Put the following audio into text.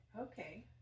okay